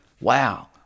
Wow